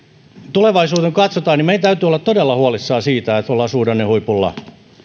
tulevaisuuteen kun katsotaan niin meidän täytyy olla todella huolissamme siitä että ollaan suhdannehuipulla